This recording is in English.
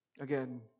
Again